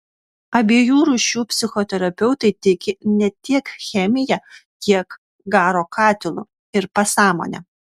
abiejų rūšių psichoterapeutai tiki ne tiek chemija kiek garo katilu ir pasąmone